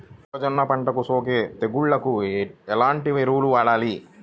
మొక్కజొన్న పంటలకు సోకే తెగుళ్లకు ఎలాంటి ఎరువులు వాడాలి?